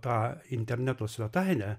tą interneto svetainę